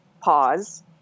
pause